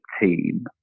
team